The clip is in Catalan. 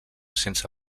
sense